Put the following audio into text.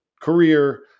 career